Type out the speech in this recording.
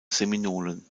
seminolen